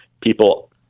people